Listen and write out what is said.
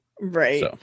Right